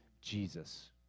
Jesus